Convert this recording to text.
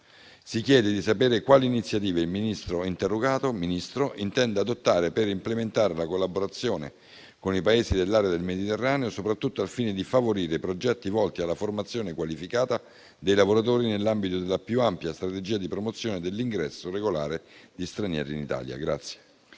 Si chiede di sapere quali iniziative il Ministro interrogato intenda adottare per implementare la collaborazione con i Paesi dell'area del Mediterraneo, soprattutto al fine di favorire progetti volti alla formazione qualificata dei lavoratori nell'ambito della più ampia strategia di promozione dell'ingresso regolare di stranieri in Italia.